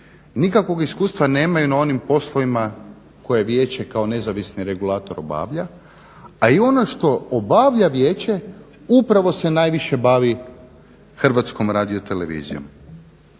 nikakvog iskustva na onim poslovima koje vijeće kao nezavisni regulator obavlja, a i ono što obavlja vijeće upravo se najviše bavi HRT-om. Zašto